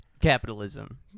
Capitalism